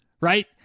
right